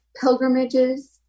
pilgrimages